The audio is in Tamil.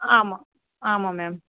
ஆமாம் ஆமாம் மேம்